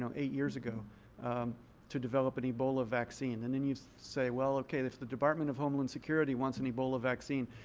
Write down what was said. so eight years ago to develop an ebola vaccine. and then you say, well, okay, if the department of homeland security wants an ebola vaccine,